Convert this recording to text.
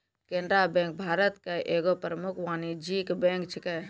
Canara bank Bharat के एगो प्रमुख वाणिज्यिक बैंक छै